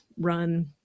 run